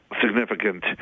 significant